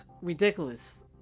ridiculous